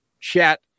chat